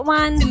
one